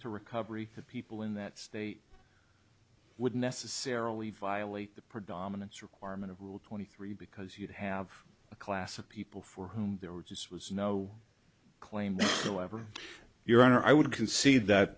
to recovery that people in that state would necessarily violate the predominance requirement of rule twenty three because you'd have a class of people for whom there was was no claim to ever your honor i would concede that